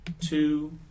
two